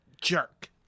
jerk